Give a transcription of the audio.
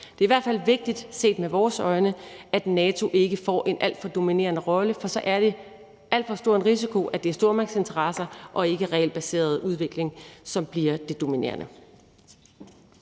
Det er i hvert fald vigtigt set med vores øjne, at NATO ikke får en alt for dominerende rolle, for så er det en alt for stor risiko, at det er stormagtsinteresser og ikke regelbaseret udvikling, som bliver det dominerende.